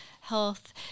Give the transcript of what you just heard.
health